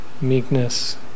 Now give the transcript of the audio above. meekness